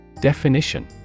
Definition